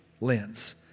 lens